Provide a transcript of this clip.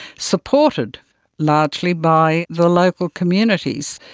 supported largely by the local communities.